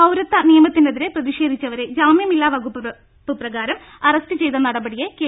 പൌരത്വ നിയമത്തി നെതിരെ പ്രതിഷേധിച്ചവരെ ജാമ്യമില്ലാ വകുപ്പ് പ്രകാരം അറസ്റ്റ് ചെയ്ത നടപടിയെ കെ